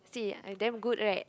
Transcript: see I damn good right